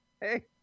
Hey